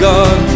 God